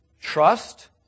trust